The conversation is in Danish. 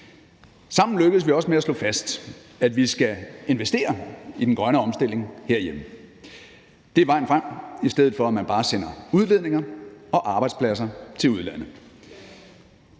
Sammen lykkedes vi også med at slå fast, at vi skal investere i den grønne omstilling herhjemme. Det er vejen frem, i stedet for at man bare sender udledninger og arbejdspladser til udlandet.